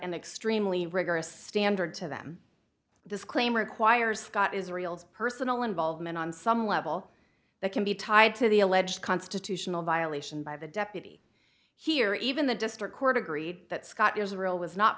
an extremely rigorous standard to them this claim requires scott israel's personal involvement on some level that can be tied to the alleged constitutional violation by the deputy here even the district court agreed that scott israel was not